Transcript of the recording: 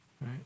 right